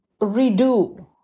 redo